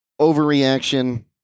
Overreaction